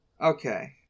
Okay